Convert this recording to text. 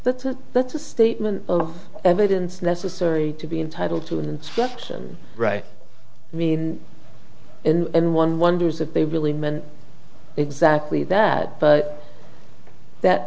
that's a that's a statement of evidence necessary to be entitled to an instruction right i mean and one wonders if they really meant exactly that but that